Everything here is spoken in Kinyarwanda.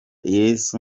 yesu